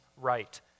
right